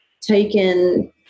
taken